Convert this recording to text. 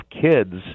kids